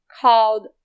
called